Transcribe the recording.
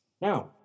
Now